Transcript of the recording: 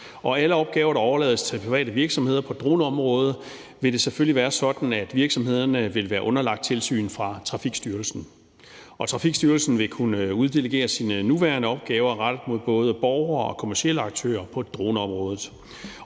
alle opgaver, der overlades til private virksomheder på droneområdet, vil det selvfølgelig være sådan, at virksomhederne vil være underlagt tilsyn fra Trafikstyrelsen. Trafikstyrelsen vil kunne uddelegere sine nuværende opgaver rettet mod både borgere og kommercielle aktører på droneområdet.